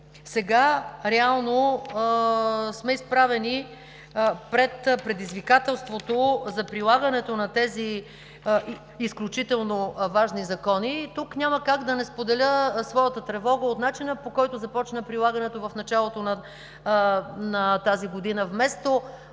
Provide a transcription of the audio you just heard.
Сега реално сме изправени пред предизвикателството за прилагането на тези изключително важни закони. Тук няма как да не споделя своята тревога от начина, по който започна прилагането им в началото на тази година. Вместо